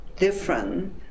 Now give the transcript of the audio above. different